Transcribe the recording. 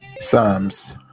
Psalms